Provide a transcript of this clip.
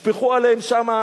ישפכו עליהם שם,